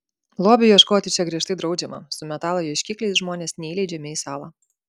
lobių ieškoti čia griežtai draudžiama su metalo ieškikliais žmonės neįleidžiami į salą